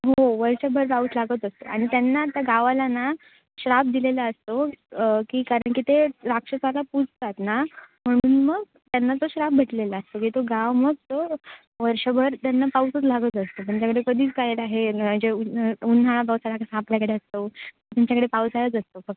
हो वर्षभर पाऊस लागत असतो आणि ना त्या गावाला ना शाप दिलेला असतो की कारण की ते राक्षसाला पुजतात ना म्हणून मग त्यांना तो शाप भेटलेला असतो की तो गाव मग तो वर्षभर त्यांना पाऊसच लागत असतो त्यांच्याकडे कधीच काय आहे जे उन्ह उन्हाळा पावसाळा कसा आपल्याकडे असतो तुमच्याकडे पावसाळाच असतो फक्त